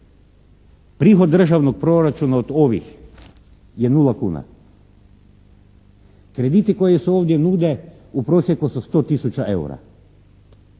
prihod državnog proračuna od ovih je 0 kuna. Krediti koji se ovdje nude u prosjeku su 100 tisuća eura.